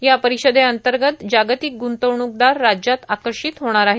या परिषदेअंतर्गत जागतिक ग्ंतवणूकदार राज्यात आकर्षित होणार आहेत